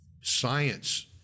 science